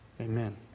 amen